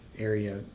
area